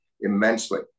immensely